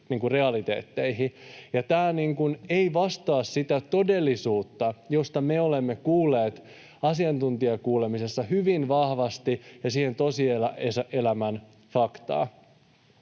Tämä ei vastaa sitä todellisuutta, josta me olemme kuulleet asiantuntijakuulemisessa hyvin vahvasti, ja sitä tosielämän faktaa.